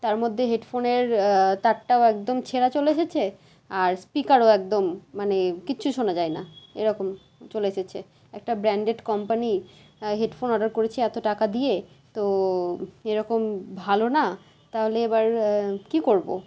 তার মধ্যে হেডফোনের তারটাও একদম ছেঁড়া চলে এসেছে আর স্পিকারও একদম মানে কিচ্ছু শোনা যায় না এরকম চলে এসেছে একটা ব্র্যান্ডেড কোম্পানি হেডফোন অর্ডার করেছি এতো টাকা দিয়ে তো এরকম ভালো না তাহলে এবার কী করবো